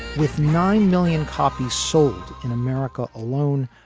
with nine million copies sold in america alone,